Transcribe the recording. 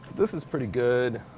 this is pretty good.